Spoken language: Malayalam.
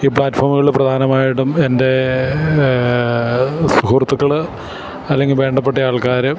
ഈ പ്ലാറ്റ്ഫോമുകളില് പ്രധാനമായിട്ടും എൻ്റെ സുഹൃത്തുക്കള് അല്ലെങ്കില് വേണ്ടപ്പെട്ട ആൾക്കാര്